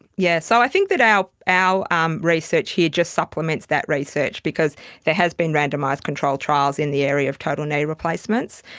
yes. so i think that our um research here just supplements that research because there has been randomised controlled trials in the area of total knee replacements,